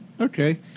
Okay